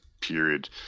period